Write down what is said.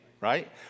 right